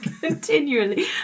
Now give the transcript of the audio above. continually